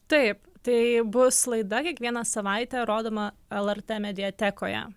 taip tai bus laida kiekvieną savaitę rodoma lrt mediatekoje